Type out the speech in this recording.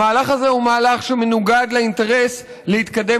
המהלך הזה הוא מהלך שמנוגד לאינטרס להתקדם